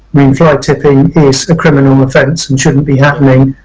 i mean fly tipping is a criminal offence and shouldn't be happening.